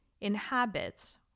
inhabits